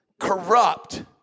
corrupt